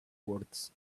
words